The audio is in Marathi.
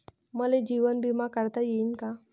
मले जीवन बिमा काढता येईन का?